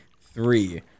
three